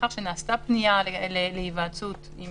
לאחר שנעשתה פנייה להיוועצות עם